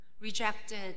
rejected